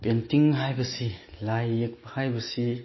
painting ꯍꯥꯏꯕꯁꯤ ꯂꯥꯏꯌꯦꯛꯄ ꯍꯥꯏꯕꯁꯤ